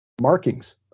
markings